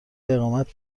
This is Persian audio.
اقامت